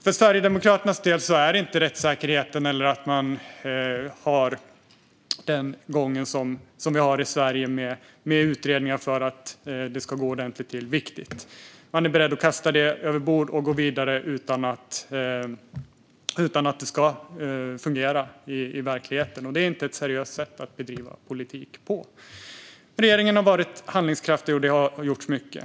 För Sverigedemokraternas del är inte rättssäkerheten eller den gång som vi har i Sverige med utredningar för att det ska gå ordentligt till viktiga. De är beredda att kasta detta över bord och gå vidare utan att veta om det kommer att fungera i verkligheten. Det är inte ett seriöst sätt att bedriva politik. Regeringen har varit handlingskraftig, och det har gjorts mycket.